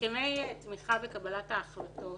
הסכמי תמיכה בקבלת ההחלטות